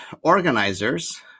organizers